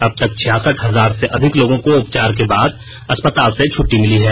अब तक छियासठ हजार से अधिक लोगों को उपचार के बाद अस्पताल से छुट्टी मिली है